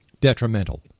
detrimental